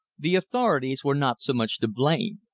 the authorities were not so much to blame.